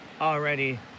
already